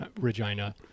Regina